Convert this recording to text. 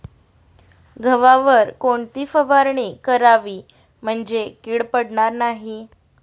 गव्हावर कोणती फवारणी करावी म्हणजे कीड पडणार नाही?